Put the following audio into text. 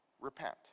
repent